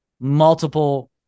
multiple